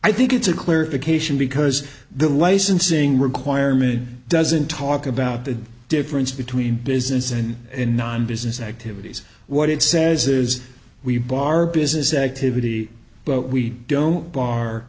i think it's a clarification because the licensing requirement doesn't talk about the difference between business and in non business activities what it says is we bar business activity but we don't bar